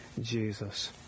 Jesus